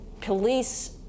police